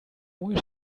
where